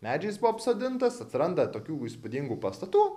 medžiais buvo apsodintas atsiranda tokių įspūdingų pastatų